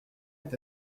est